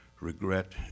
regret